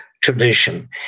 tradition